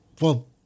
Well